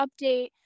update